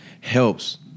helps